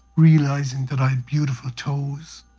realising that i had beautiful toes.